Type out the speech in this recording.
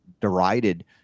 derided –